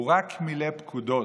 הוא רק מילא פקודות,